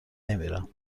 نمیرم